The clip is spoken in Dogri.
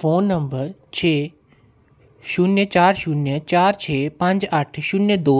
फोन नंबर छे शून्य चार शून्य चार छे पंज अट्ठ शून्य दो